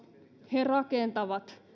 he rakentavat